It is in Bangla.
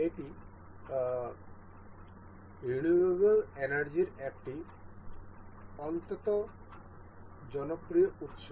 এটি রিনিউয়েবল এনার্জির একটি অত্যন্ত জনপ্রিয় উৎস